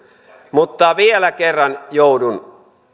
mutta vielä kerran joudun